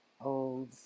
old